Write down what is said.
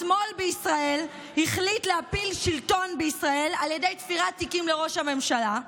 השמאל בישראל החליט להפיל שלטון בישראל על ידי תפירת תיקים לראש הממשלה.